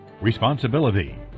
Responsibility